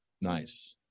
Nice